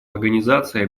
организацией